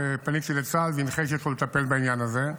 ופניתי לצה"ל והנחיתי אותו לטפל בעניין הזה.